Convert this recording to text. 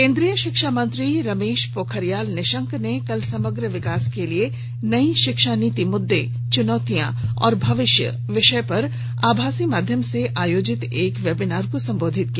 केंद्रीय शिक्षा मंत्री रमेश पोखरियाल निशंक ने कल समग्र विकास के लिए नई शिक्षा नीति मुद्दे च्नौतियां और भविष्य विषय पर आभासी माध्यम से आयोजित एक वेबीनार को संबोधित किया